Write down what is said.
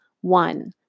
One